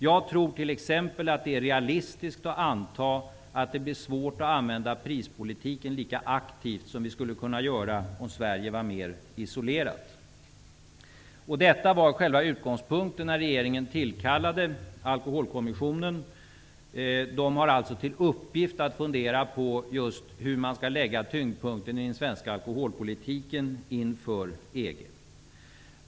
Jag tror t.ex. att det är realistiskt att anta att det blir svårt att använda prispolitiken lika aktivt som vi skulle kunna göra om Sverige var mer isolerat. Detta var själva utgångspunkten när regeringen tillkallade Alkoholpolitiska kommissionen. Den har alltså till uppgift att fundera just på hur tyngdpunkten skall läggas i den svenska alkoholpolitiken inför EG.